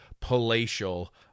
palatial